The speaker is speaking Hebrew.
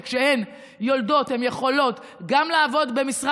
שכאשר הן יולדות הן יכולות גם לעבוד במשרה